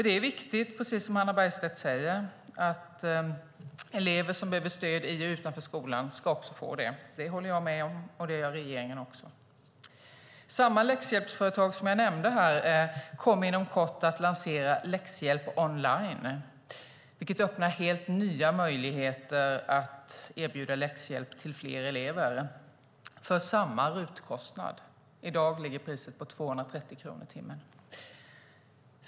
Det är viktigt, precis som Hannah Bergstedt säger, att elever som behöver stöd i och utanför skolan också ska få det. Det håller jag med om, och det gör även regeringen. Samma läxhjälpsföretag kommer inom kort att lansera läxhjälp online, vilket öppnar helt nya möjligheter att erbjuda läxhjälp till fler elever för samma RUT-kostnad. I dag ligger priset på 230 kronor per timme.